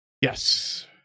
Yes